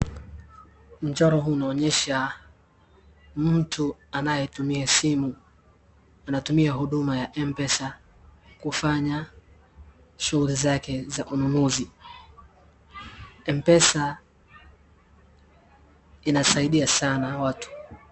Mchoro huu unaonyesha mtu anayetumia simu, anatumia huduma ya Mpesa kufanya shughuli zake za ununuzi. Mpesa inasaidia sana watu.